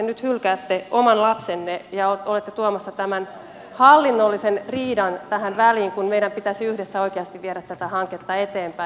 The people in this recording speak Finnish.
nyt hylkäätte oman lapsenne ja olette tuomassa tämän hallinnollisen riidan tähän väliin kun meidän pitäisi yhdessä oikeasti viedä tätä hanketta eteenpäin